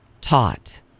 taught